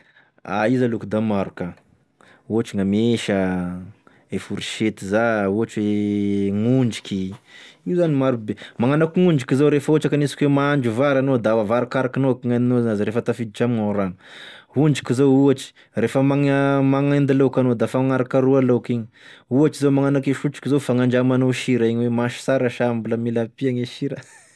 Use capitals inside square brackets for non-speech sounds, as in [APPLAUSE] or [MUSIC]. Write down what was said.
[HESITATION] Izy aloha k'da maro ka, ohatry gn'amesa, e forsety za, ohatry gn'ondriky, io zany marobe, magnano akô gn'ondriky zao refa ohatry ka aniasika oe mahandro vary anao da vaharokarikanao eky gn'agnao zany refa tafiditry amignao rano, ondriky zao ohatry refa magn- magnendy laoko anao da fagnarokaroa laoko igny ohatry zao magnano ako e sotroky zao fandramanao sira igny oe masaky tsara sa mbola mila ampiagna e sira. [LAUGHS]